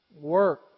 work